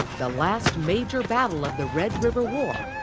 the last major battle of the red river war,